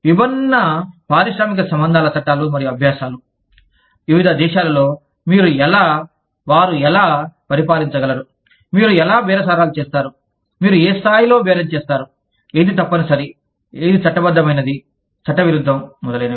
విభిన్న పారిశ్రామిక సంబంధాల చట్టాలు మరియు అభ్యాసాలు వివిధ దేశాలలో మీరు ఎలా వారు ఎలా పరిపాలించగలరు మీరు ఎలా బేరసారాలు చేస్తారు మీరు ఏ స్థాయిలో బేరం చేస్తారు ఏది తప్పనిసరి ఏది చట్టబద్ధమైనది చట్టవిరుద్ధం మొదలైనవి